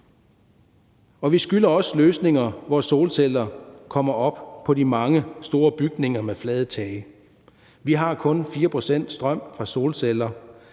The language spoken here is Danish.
Vi skylder også løsninger, hvor solceller kommer op på de mange store bygninger med flade tage. Vi har kun 4 pct. strøm fra solceller.